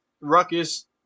Ruckus